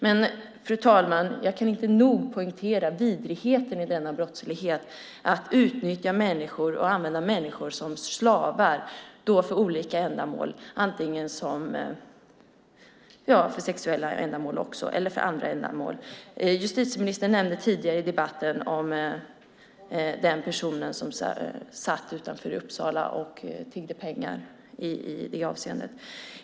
Men, fru talman, jag kan inte nog poängtera vidrigheten i denna brottslighet, att man utnyttjar människor och använder människor som slavar för olika ändamål, sexuella ändamål eller för andra ändamål. Justitieministern talade tidigare i debatten om en person som satt i Uppsala och tiggde pengar i det avseendet.